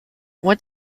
what